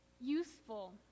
useful